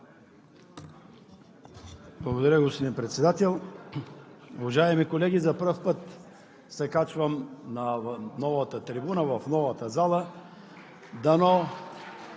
Благодаря, господин Председател. Уважаеми колеги, за първи път се качвам на новата трибуна в новата зала